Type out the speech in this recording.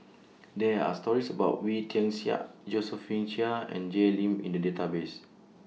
There Are stories about Wee Tian Siak Josephine Chia and Jay Lim in The Database